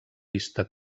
vista